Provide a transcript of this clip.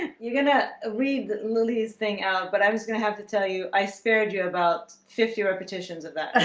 and you're gonna ah read the lily's thing out, but i'm just gonna have to tell you i spared you about fifty repetitions of that